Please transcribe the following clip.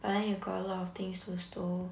but then you got a lot of things to stow